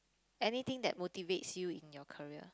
anything that motivates you in your career